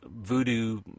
voodoo